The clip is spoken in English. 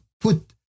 Put